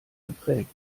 geprägt